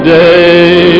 day